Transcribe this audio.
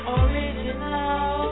original